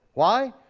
why,